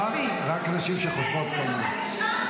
לא, רק נשים שחושבות כמוך.